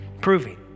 Proving